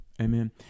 Amen